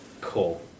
cool